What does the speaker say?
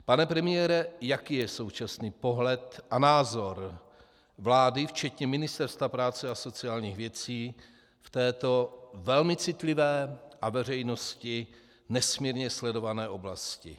Pane premiére, jaký je současný pohled a názor vlády včetně Ministerstva práce a sociálních věcí v této velmi citlivé a veřejností nesmírně sledované oblasti?